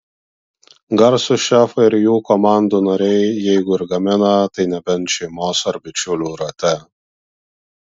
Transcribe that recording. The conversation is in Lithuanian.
garsūs šefai ir jų komandų nariai jeigu ir gamina tai nebent šeimos ar bičiulių rate